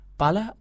pala